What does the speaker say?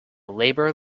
labor